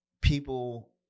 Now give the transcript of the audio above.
people